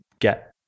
get